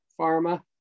pharma